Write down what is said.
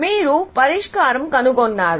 మీరు పరిష్కారం కనుగొన్నారు